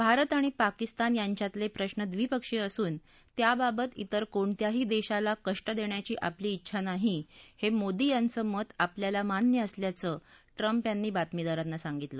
भारत आणि पाकिस्तान यांच्यातले प्रश्न द्विपक्षीय असून त्याबाबत तेर कोणत्याही देशाला कष्ट देण्याची आपली डिछा नाही हे मोदी यांच मत आपल्याना मान्य असल्याचं ट्रम्प यांनी बातमीदारांना सांगितलं